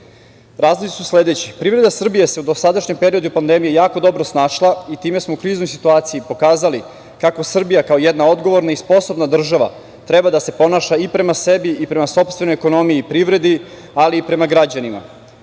su sledeći - privreda Srbije se u dosadašnjem periodu pandemije jako dobro snašla i time smo u kriznoj situaciji pokazali kako Srbija kao jedna odgovorna i sposobna država treba da se ponaša i prema sebi i prema sopstvenoj ekonomiji i privredi, ali i prema građanima. Kao